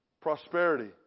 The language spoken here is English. prosperity